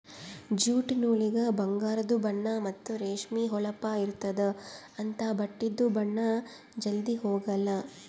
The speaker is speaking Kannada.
ಜ್ಯೂಟ್ ನೂಲಿಗ ಬಂಗಾರದು ಬಣ್ಣಾ ಮತ್ತ್ ರೇಷ್ಮಿ ಹೊಳಪ್ ಇರ್ತ್ತದ ಅಂಥಾ ಬಟ್ಟಿದು ಬಣ್ಣಾ ಜಲ್ಧಿ ಹೊಗಾಲ್